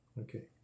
Okay